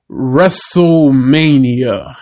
WrestleMania